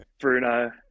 Bruno